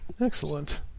Excellent